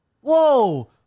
Whoa